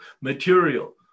material